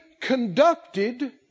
conducted